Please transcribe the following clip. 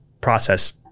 process